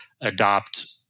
adopt